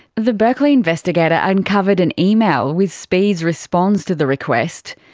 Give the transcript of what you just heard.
the berkeley investigator uncovered an email with speed's response to the request.